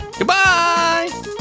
Goodbye